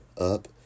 up